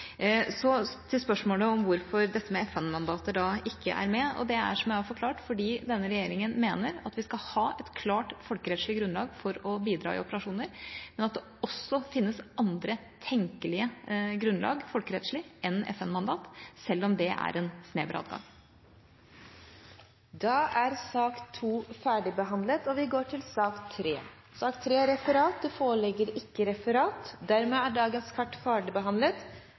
til spørsmålet om hvorfor dette med FN-mandater ikke er med. Det er, som jeg har forklart, fordi denne regjeringa mener at vi skal ha et klart folkerettslig grunnlag for å bidra i operasjoner, men det fins også andre tenkelige folkerettslige grunnlag enn FN-mandat, selv om det er en snever adgang. Disse spørsmålene bortfaller, da spørreren ikke er til stede. Sak nr. 2 er dermed ferdigbehandlet. Det foreligger ikke noe referat. Dermed er dagens kart ferdigbehandlet.